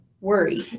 worry